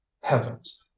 heavens